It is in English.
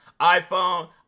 iphone